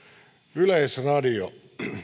yleisradio